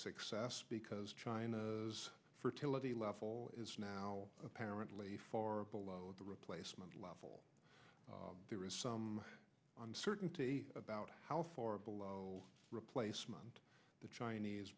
success because china's fertility level is now apparently far below the replacement level there is some uncertainty about how far below replacement the chinese